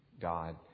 God